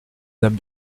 dame